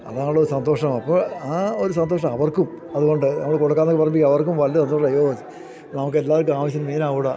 അതാണല്ലോ സന്തോഷം അപ്പോൾ ആ ഒരു സന്തോഷം അവർക്കും അതുകൊണ്ട് നമ്മള് കൊടുക്കാന്നൊക്കെ പറയുമ്പോള് അവർക്കും വലിയ സന്തോഷമായി നമുക്കെല്ലാവർക്കും ആവശ്യത്തിന് മീനാവുമെടാ